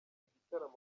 igitaramo